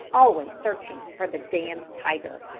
always searching for the damned tiger.